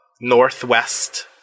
Northwest